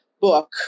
book